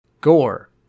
Gore